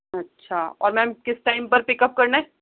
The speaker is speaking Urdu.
اچھا اور میم کس ٹائم پر پک اپ کرنا ہے